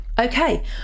Okay